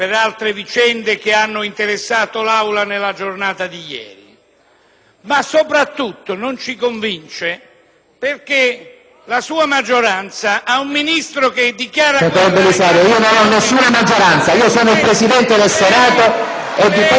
Ma, soprattutto, non ci convince perché la sua maggioranza ha un Ministro che dichiara...